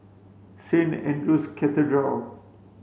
Saint Andrew's Cathedral